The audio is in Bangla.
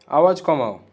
আওয়াজ কমাও